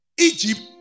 Egypt